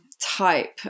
type